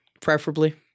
preferably